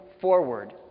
forward